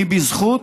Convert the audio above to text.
מי בזכות